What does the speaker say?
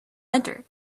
enter